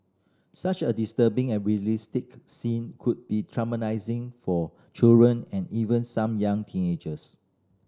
such a disturbing and realistic scene could be traumatising for children and even some young teenagers